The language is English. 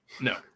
No